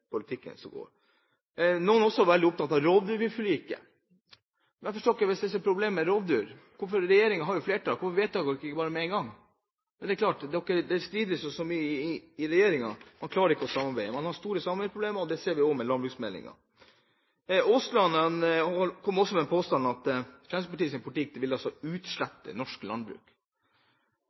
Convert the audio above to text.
Noen er også veldig opptatt av rovdyrforliket. Jeg forstår ikke hva som er problemet med rovdyr. Regjeringen har jo flertall, så hvorfor vedtar man det ikke med en gang? Det strides så mye innad i regjeringen. Man klarer ikke å samarbeide; man har store samarbeidsproblemer. Det ser man også i forbindelse med landbruksmeldingen. Terje Aasland kom med den påstand at Fremskrittspartiets politikk ville utslette norsk landbruk.